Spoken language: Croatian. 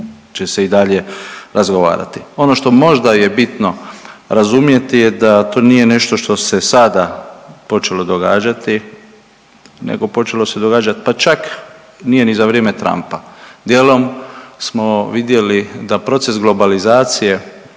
će se i dalje razgovarati. Ono što možda je bitno razumjeti je da to nije nešto što se sada počelo događati, nego počelo se događati pa čak nije ni za vrijeme Trumpa. Dijelom smo vidjeli da proces globalizacije